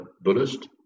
Buddhist